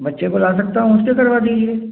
बच्चे को ला सकता हूँ उससे करवा दीजिए